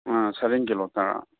ꯁꯔꯦꯡ kilo ꯇꯔꯥ